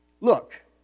Look